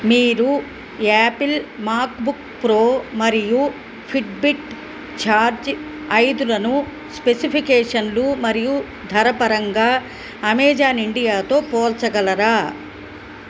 మీరు Apple MacBook Pro మరియు Fitbit Charge ఐదులను స్పెసిఫికేషన్లు మరియు ధర పరంగా అమెజాన్ ఇండియాతో పోల్చగలరా